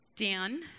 Dan